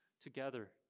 together